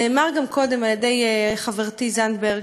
נאמר גם קודם על-ידי חברתי זנדברג,